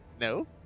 No